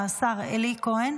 השר אלי כהן.